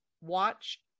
watch